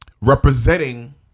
representing